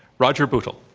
roger bootle.